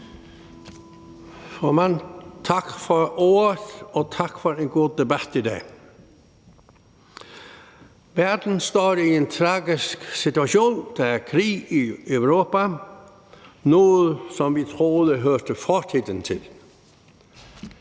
Formand, tak for ordet, og tak for en god debat i dag. Verden står i en tragisk situation. Der er krig i Europa, noget, som vi troede hørte fortiden til.